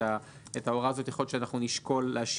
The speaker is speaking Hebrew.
את ההוראה הזאת יכול להיות שנשקול להשאיר.